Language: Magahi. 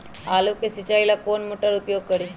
आलू के सिंचाई ला कौन मोटर उपयोग करी?